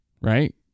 right